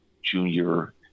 junior